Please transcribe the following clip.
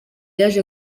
yaje